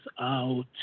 out